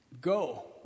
Go